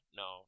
no